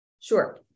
Sure